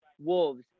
Wolves